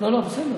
לא, בסדר.